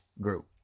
group